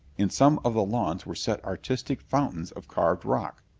in some of the lawns were set artistic fountains of carved rock.